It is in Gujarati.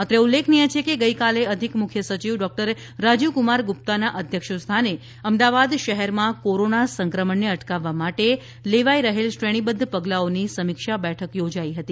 અત્રે ઉલ્લેખનીય છે કે ગઈકાલે અધિક મુખ્ય સયિવ ડોકટર રાજીવક્રમાર ગુપ્તાનાં અધ્યક્ષ સ્થાને અમદાવાદ શહેરમાં કોરોના સંક્રમણને અટકાવવા માટે લેવાઈ રહેલ શ્રેણીબધ્ધ પગલાંઓની સમીક્ષા બેઠક યોજાઈ હતી